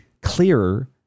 clearer